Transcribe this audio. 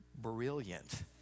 brilliant